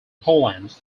poland